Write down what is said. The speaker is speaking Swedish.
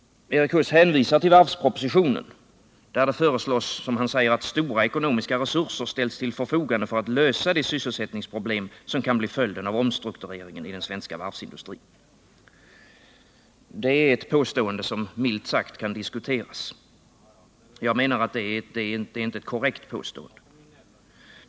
Erik Huss hänvisar till varvspropositionen, där det föreslås, som han säger, att ”stora ekonomiska resurser ställs till förfogande för att lösa de sysselsättningsproblem som kan bli följden av omstruktureringen av den svenska varvsindustrin”. Det är ett påstående som milt sagt kan diskuteras — jag menar att det inte är ett korrekt påstående.